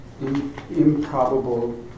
improbable